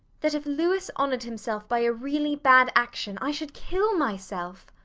that if louis dishonored himself by a really bad action, i should kill myself.